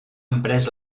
emprès